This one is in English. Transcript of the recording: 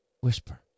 whisper